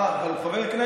אה, הוא כבר לא חבר.